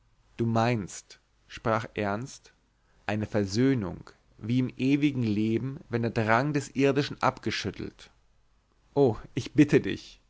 du meinst sprach ernst eine versöhnung wie im ewgen leben wenn der drang des irdischen abgeschüttelt o ich bitte dich